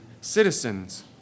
citizens